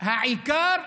העיקר,